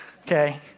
Okay